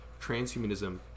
transhumanism